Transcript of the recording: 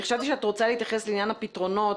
חשבתי שאת רוצה להתייחס לעניין הפתרונות